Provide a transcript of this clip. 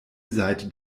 seite